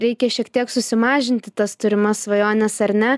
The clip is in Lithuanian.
reikia šiek tiek susimažinti tas turimas svajones ar ne